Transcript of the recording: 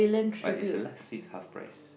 but is the last seats half price